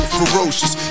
ferocious